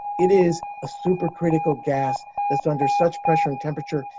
it is a supercritical gas that's under such pressure and temperature,